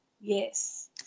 yes